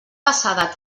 passada